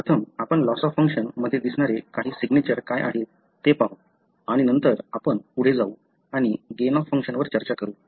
प्रथम आपण loss of function मध्ये दिसणारे काही सिग्नेचर काय आहेत ते पाहू आणि नंतर आपण पुढे जाऊ आणि गेन ऑफ फंक्शनवर चर्चा करू